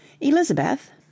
Elizabeth